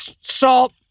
salt